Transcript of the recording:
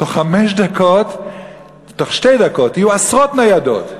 בתוך חמש דקות, בתוך שתי דקות, יהיו עשרות ניידות.